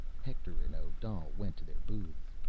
hector and odal went to their booths.